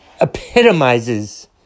epitomizes